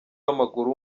w’amaguru